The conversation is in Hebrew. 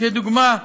לדוגמה,